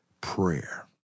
Prayer